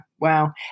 Wow